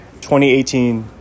2018